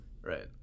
Right